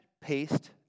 paste